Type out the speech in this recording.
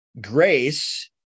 Grace